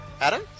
Adam